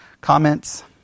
comments